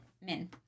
min